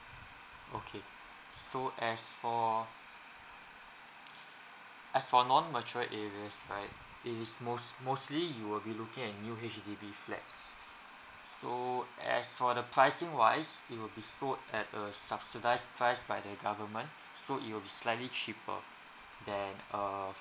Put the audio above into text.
okay so as for as for non mature areas right it is most mostly you will be looking at new H_D_B flats so as for the pricing wise it will be sold at a subsidised price by the government so it will be slightly cheaper than a